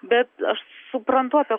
bet aš suprantu apie